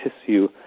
tissue